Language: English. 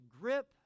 grip